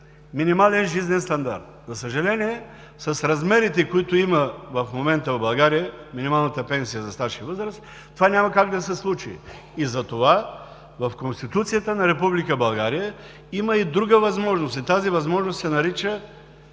минимален жизнен стандарт. За съжаление, с размерите, които има в момента в България минималната пенсия за стаж и възраст, това няма как да се случи. Затова в Конституцията на Република България има и друга възможност. Тази възможност се нарича